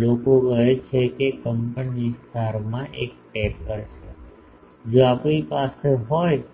લોકો કહે છે કે કંપનવિસ્તારમાં એક ટેપર છે જો આપણી પાસે હોય તો